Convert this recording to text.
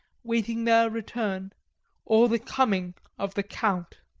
waiting their return or the coming of the count.